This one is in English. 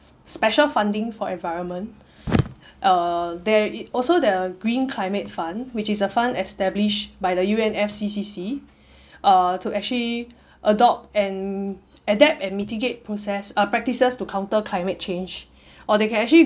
special funding for environment uh there also there the green climate fund which is a fund established by the U_N_F_C_C_C uh to actually adopt and adapt and mitigate process uh practices to counter climate change or they can actually